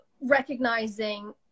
recognizing